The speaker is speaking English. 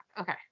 okay